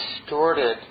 distorted